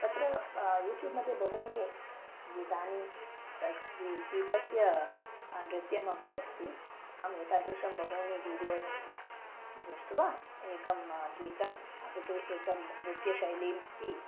तत्र यूट्यूब् मध्ये बहूनि गीतानि तत् गीतं गीतस्य नृत्यमपि अस्ति अहम् एतादृशं बहूनि वीडियोस् दृष्ट्वा एकं गीतम् अपि तु एकं नृत्यशैलीम् अपि